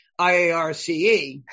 IARCE